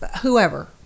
whoever